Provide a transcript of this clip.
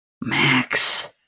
Max